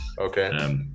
Okay